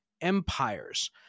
empires